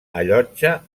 allotja